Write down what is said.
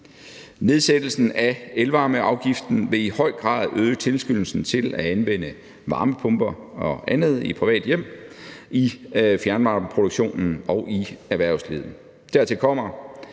Nedsættelsen af elvarmeafgiften vil i høj grad øge tilskyndelsen til at anvende varmepumper og andet i private hjem, i fjernvarmeproduktionen og i erhvervslivet. Dertil kommer,